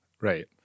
Right